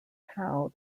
how